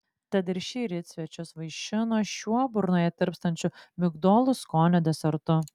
tad ir šįryt svečius vaišino šiuo burnoje tirpstančiu migdolų skonio desertu